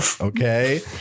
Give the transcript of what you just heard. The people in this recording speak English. okay